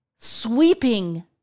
sweeping